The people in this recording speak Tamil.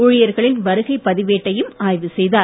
ஊழியர்களின் வருகைப் பதிவேட்டையும் ஆய்வு செய்தார்